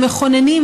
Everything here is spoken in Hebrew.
המכוננים,